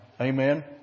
Amen